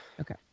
Okay